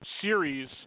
series